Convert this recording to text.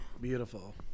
Beautiful